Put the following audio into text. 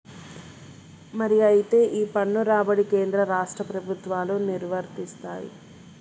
మరి అయితే ఈ పన్ను రాబడి కేంద్ర రాష్ట్ర ప్రభుత్వాలు నిర్వరిస్తాయి